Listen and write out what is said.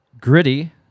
Gritty